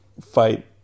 fight